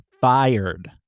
fired